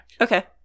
Okay